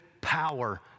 power